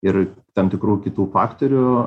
ir tam tikrų kitų faktorių